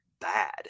bad